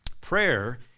Prayer